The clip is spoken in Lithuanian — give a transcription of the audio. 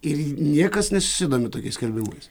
ir niekas nesidomi tokiais skelbimais